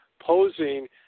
posing